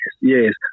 yes